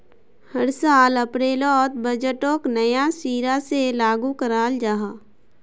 हर साल अप्रैलोत बजटोक नया सिरा से लागू कराल जहा